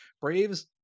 Braves